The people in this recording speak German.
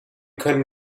können